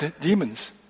demons